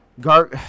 Gar